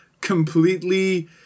completely